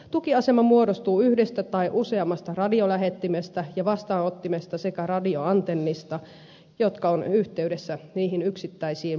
tukiasema muodostuu yhdestä tai useammasta radiolähettimestä ja vastaanottimesta sekä radioantennista jotka ovat yhteydessä niihin yksittäisiin matkapuhelimiin